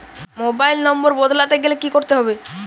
Mobile number বদলাতে গেলে কি করতে হবে?